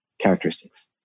characteristics